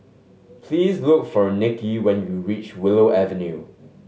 please look for Nicky when you reach Willow Avenue